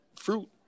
fruit